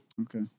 Okay